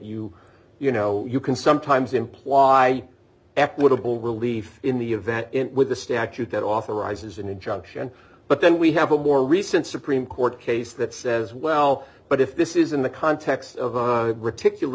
you you know you can sometimes imply equitable relief in the event with a statute that authorizes an injunction but then we have a more recent supreme court case that says well but if this is in the context of a ridiculous